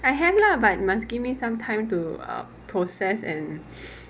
I have lah but must give me some time to um process and